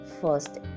first